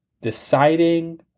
deciding